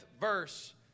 verse